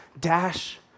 dash